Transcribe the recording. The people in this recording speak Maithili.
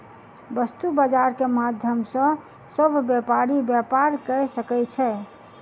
वस्तु बजार के माध्यम सॅ सभ व्यापारी व्यापार कय सकै छै